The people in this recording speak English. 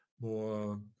more